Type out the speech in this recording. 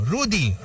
Rudy